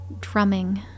Drumming